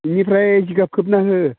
बेनिफ्राय जिगाब खोबना हो